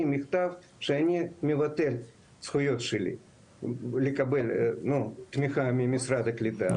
מכתב שאני מבטל את הזכויות שלי לקבל תמיכה ממשרד הקליטה,